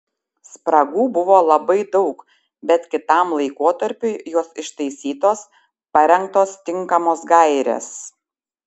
spragų buvo labai daug bet kitam laikotarpiui jos ištaisytos parengtos tinkamos gairės